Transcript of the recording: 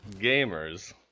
gamers